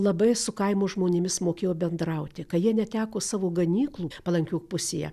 labai su kaimo žmonėmis mokėjo bendrauti kai jie neteko savo ganyklų palankių pusėje